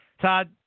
Todd